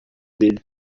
dele